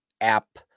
app